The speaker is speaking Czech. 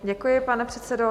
Děkuji, pane předsedo.